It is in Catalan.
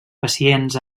pacients